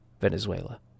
Venezuela